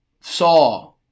saw